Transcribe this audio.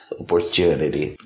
opportunity